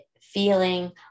feeling